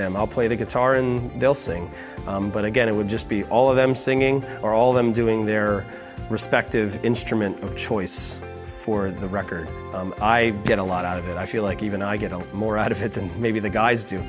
them i'll play the guitar and they'll sing but again it would just be all of them singing or all of them doing their respective instrument of choice for the record i get a lot out of it i feel like even i get more out of it than maybe the guys do